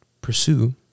pursue